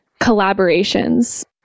collaborations